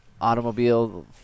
automobile